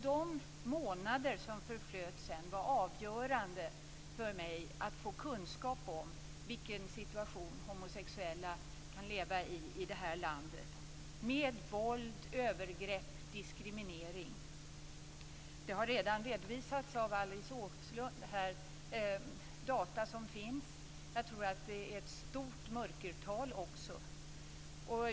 De månader som sedan förflöt var avgörande för mig när det gällde att få kunskap om vilken situation homosexuella kan leva i här i landet med våld, övergrepp och diskriminering. Alice Åström har redan redovisat data som finns. Jag tror också att det är ett stort mörkertal.